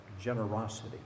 generosity